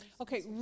Okay